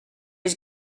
his